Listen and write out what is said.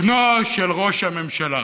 בנו של ראש הממשלה.